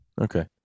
Okay